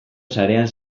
sarean